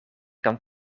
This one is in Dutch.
kan